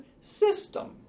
system